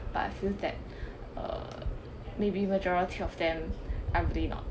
but I feel that uh maybe majority of them are really not